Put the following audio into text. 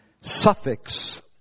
suffix